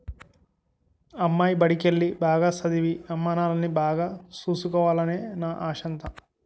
అమ్మాయి బడికెల్లి, బాగా సదవి, అమ్మానాన్నల్ని బాగా సూసుకోవాలనే నా ఆశంతా